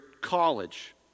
college